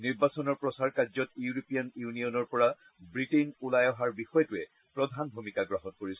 নিৰ্বাচনৰ প্ৰচাৰ কাৰ্যত ইউৰোপীয়ান ইউনিয়নৰ পৰা ৱিটেইন ওলাই অহাৰ বিষয়টোৱে প্ৰধান ভূমিকা গ্ৰহণ কৰিছে